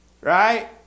Right